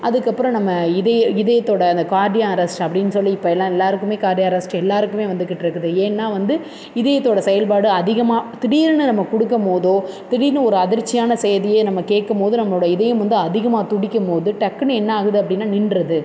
அதுக்கப்புறோம் நம்ம இதய இதயத்தோடு அந்த கார்டியா அரெஸ்ட் அப்படின்னு சொல்லி இப்போ எல்லாம் எல்லோருக்குமே கார்டியா அரெஸ்ட் எல்லோருக்குமே வந்துக்கிட்டிருக்குது ஏன்னால் வந்து இதயத்தோடய செயல்பாடு அதிகமாக திடீர்னு நம்ம கொடுக்கும் போதோ திடீர்னு ஒரு அதிர்ச்சியான செய்தியே நம்ம கேட்கம் போது நம்மளோடய இதயம் வந்து அதிகமாக துடிக்கும் போது டக்குனு என்னாகுது அப்படின்னா நின்றுது